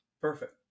Perfect